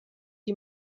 die